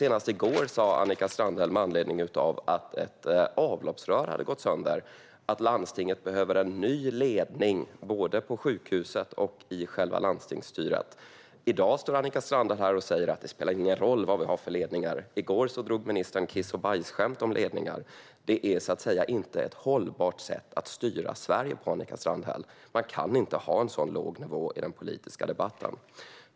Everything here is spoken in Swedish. Senast i går sa Annika Strandhäll med anledning av att ett avloppsrör hade gått sönder att landstinget behöver en ny ledning, både på sjukhuset och i själva landstingsstyret. I dag står Annika Strandhäll här och säger att det inte spelar någon roll vad vi har för ledningar. I går drog ministern kiss-och-bajs-skämt om ledningar. Detta är inte ett hållbart sätt att styra Sverige på, Annika Strandhäll. Man kan inte ha en så låg nivå i den politiska debatten.